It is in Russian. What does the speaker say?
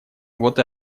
вот